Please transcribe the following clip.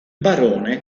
barone